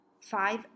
five